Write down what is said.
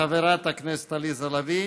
חברת הכנסת עליזה לביא,